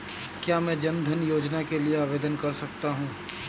क्या मैं जन धन योजना के लिए आवेदन कर सकता हूँ?